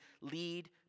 lead